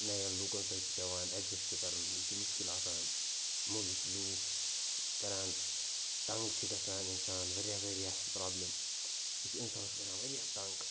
نَیَن لوٗکَن سۭتۍ چھِ پٮ۪وان اٮ۪ڈجَسٹ کَرُن یہِ چھِ مُشکل آسان موٗجوٗب چھِ لوٗکھ کَران تنٛٛگ چھِ گژھان اِنسان واریاہ واریاہ پرٛابلِم یہِ چھِ اِنسانَس کَران واریاہ تنٛٛگ